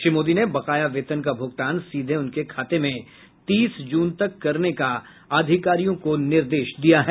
श्री मोदी ने बकाये वेतन का भूगतान सीधे उनके खाते में तीस जून तक करने का निर्देश दिया है